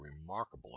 remarkable